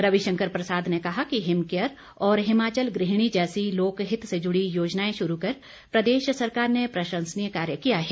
रविशंकर प्रसाद ने कहा कि हिमकेयर और हिमाचल गृहिणी जैसी लोकहित से जुड़ी योजनाएं शुरू कर प्रदेश सरकार ने प्रशंसनीय कार्य किया है